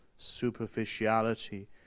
superficiality